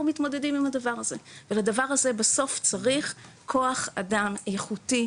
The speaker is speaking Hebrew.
מתמודדים עם הדבר הזה ולדבר הזה בסוף צריך כוח אדם איכותי,